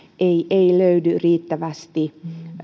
ei löydy riittävästi